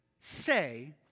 say